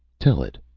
tell it.